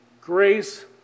grace